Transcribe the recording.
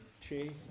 chase